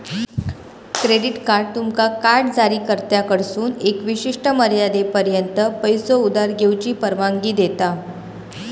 credit card तुमका card जारीकर्त्याकडसून एका विशिष्ट मर्यादेपर्यंत पैसो उधार घेऊची परवानगी देता